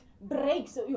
breaks